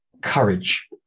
courage